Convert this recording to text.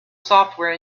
software